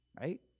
right